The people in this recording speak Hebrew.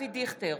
אבי דיכטר,